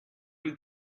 you